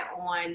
on